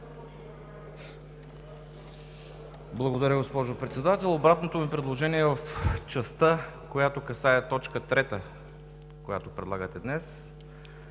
Благодаря, госпожо Председател. Обратното ми предложение е в частта, която касае точка трета, която предлагате днес